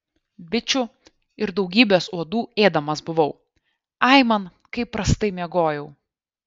bičių ir daugybės uodų ėdamas buvau aiman kaip prastai miegojau